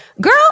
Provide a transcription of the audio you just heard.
girl